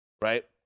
right